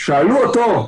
שאלו אותו: